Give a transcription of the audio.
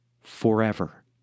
Forever